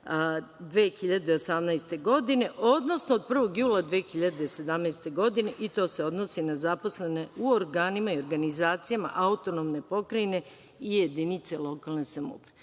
2018. godine, odnosno od 1. jula 2017. godine, i to se odnosi na zaposlene u organima i organizacijama autonomne pokrajine i jedinice lokalne